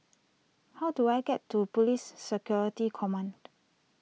how do I get to Police Security Command